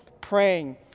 praying